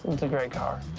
it was a great car.